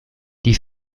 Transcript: die